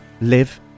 live